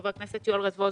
חבר הכנסת יואל רזבוזוב.